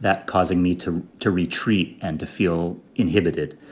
that, causing me to to retreat and to feel inhibited.